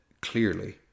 clearly